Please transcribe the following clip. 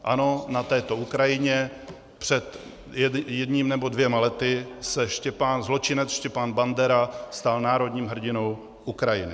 Ano, na této Ukrajině před jedním nebo dvěma lety se zločinec Stepan Bandera stal národním hrdinou Ukrajiny.